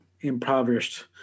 impoverished